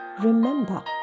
Remember